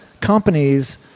companies